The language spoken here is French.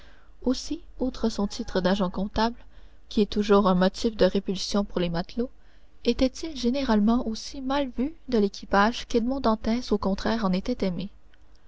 aussi outre son titre d'agent comptable qui est toujours un motif de répulsion pour les matelots était-il généralement aussi mal vu de l'équipage qu'edmond dantès au contraire en était aimé